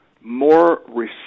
more